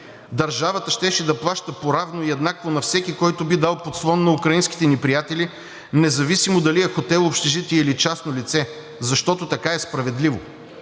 Държавата щеше да плаща поравно и еднакво на всеки, който би дал подслон на украинските ни приятели, независимо дали е хотел, общежитие или частно лице, защото така е справедливо.